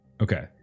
Okay